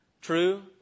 true